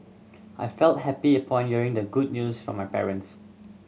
I felt happy upon hearing the good news from my parents